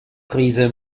krise